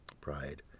pride